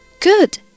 Good